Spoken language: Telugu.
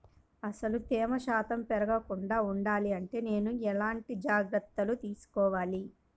అసలు తేమ శాతం పెరగకుండా వుండాలి అంటే నేను ఎలాంటి జాగ్రత్తలు తీసుకోవాలి?